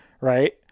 Right